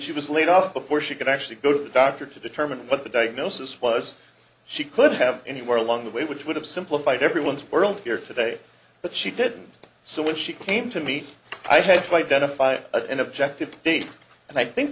she was laid off before she could actually go to the doctor to determine what the diagnosis was she could have anywhere along the way which would have simplified everyone's world here today but she did and so when she came to me i had to identify an objective and i think